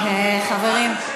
חברים,